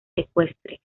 ecuestre